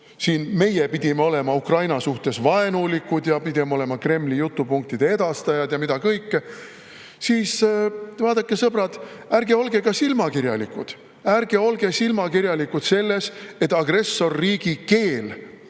et meie pidime olema Ukraina suhtes vaenulikud ja pidime olema Kremli jutupunktide edastajad ja mida kõike. Vaadake, sõbrad, ärge olge silmakirjalikud! Ärge olge silmakirjalikud, kui agressorriigi keele